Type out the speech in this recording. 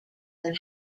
than